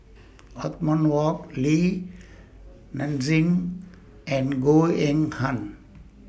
Othman Wok Li Nanxing and Goh Eng Han